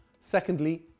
Secondly